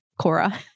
Cora